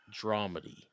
Dramedy